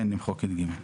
כן, למחוק את (ג).